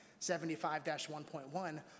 75-1.1